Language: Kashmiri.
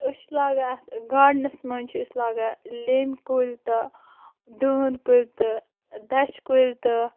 أسۍ چھِ لاگان اَتھ گاڈنَس منٛز چھِ أسۍ لاگان لیٚمبۍ کُلۍ تہٕ دٲن کُلۍ تہٕ دَچھِ کُلۍ تہٕ